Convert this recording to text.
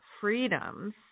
freedoms